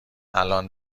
الان